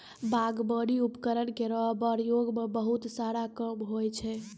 बागबानी उपकरण केरो प्रयोग सें बहुत सारा काम होय छै